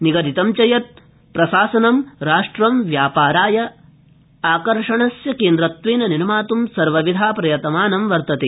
निगदितं च प्रशासनं भारतं व्यापाराय आकर्षणकेन्द्रत्वेन निर्मातुं सर्वविधा प्रयतमानं वर्तते